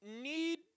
need